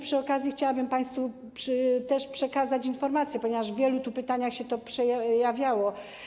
Przy okazji chciałabym państwu przekazać informacje, ponieważ w wielu pytaniach się to przejawiało.